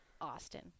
Austin